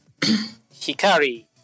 Hikari